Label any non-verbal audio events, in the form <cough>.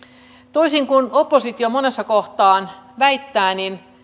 toisin kuin oppositio monessa kohtaa väittää <unintelligible>